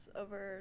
over